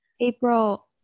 April